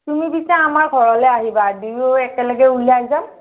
তুমি পিছে আমাৰ ঘৰলৈ আহিবা দুয়ো একেলগে ওলাই যাম